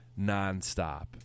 nonstop